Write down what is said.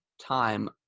time